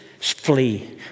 Flee